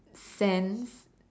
sense